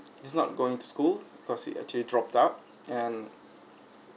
he's not going to school cause it actually dropped out and